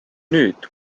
nüüd